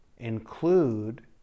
include